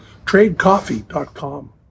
TradeCoffee.com